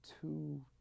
two